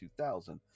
2000